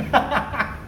ha ha ha